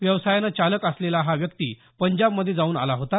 व्यवसायाने चालक असलेला हा व्यक्ती पंजाबमध्ये जाऊन आला होता